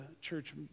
church